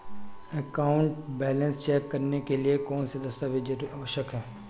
Account balance check करने के लिए कौनसे दस्तावेज़ आवश्यक हैं?